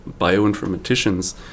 bioinformaticians